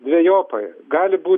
dvejopai gali būt